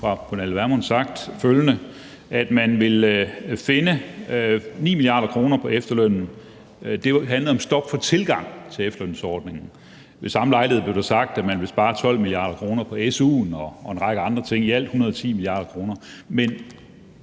fru Pernille Vermund sagt, at man ville finde 9 mia. kr. på efterlønnen – det handlede om stop for tilgang til efterlønsordningen. Ved samme lejlighed blev der sagt, at man ville spare 12 mia. kr. på su'en og en række andre ting, i alt 110 mia. kr.